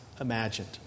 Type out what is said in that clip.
imagined